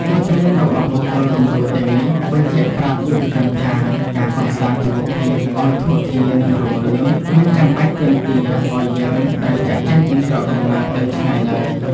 វត្តមានរបស់បុគ្គលគំរូទាំងនេះ បញ្ជាក់ប្រាប់យុវជនថា ការកសាងជីវភាពឱ្យធូរធារ និងរុងរឿង មិនចាំបាច់ទាមទារឱ្យយើងត្រូវចាកចេញពីស្រុកកំណើតទៅឆ្ងាយឡើយ។